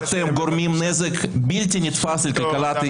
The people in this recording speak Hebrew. אתם גורמים נזק בלתי נתפס לכלכלת ישראל.